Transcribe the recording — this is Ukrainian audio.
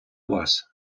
вас